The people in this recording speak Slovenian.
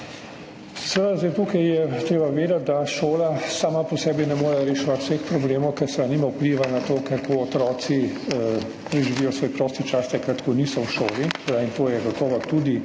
je seveda treba vedeti, da šola sama po sebi ne more reševati vseh problemov, ker seveda nima vpliva na to, kako otroci preživijo svoj prosti čas takrat, ko niso v šoli. To je gotovo tudi